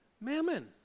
mammon